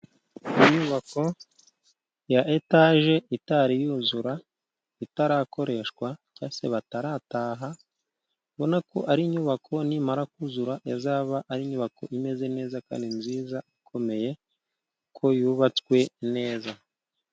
Inyubako ya etaje itari yuzura itarakoreshwa, cyangwa se batarataha, urabona ko ari inyubako nimara kuzura izaba ari inyubako imeze neza, kandi nziza ikomeye ko yubatswe neza.